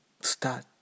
start